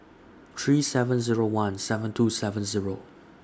three seven Zero one seven two seven Zero